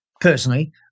Personally